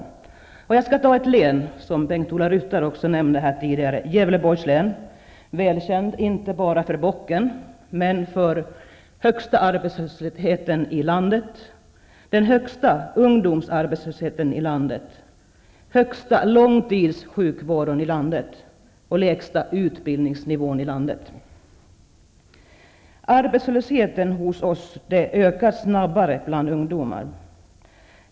Jag vill som exempel ta upp ett län, som också Bengt-Ola Ryttar omnämnde, nämligen Gävleborgs län, som är välkänt inte bara för bocken, utan också för den högsta arbetslösheten i landet, den högsta ungdomsarbetslösheten, den högsta sjukfrånvaron och den lägsta utbildningsnivån i landet. Arbetslösheten i Gävleborgs län ökar snabbare bland ungdomar.